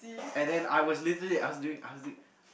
and then I was literall I was doing I was doing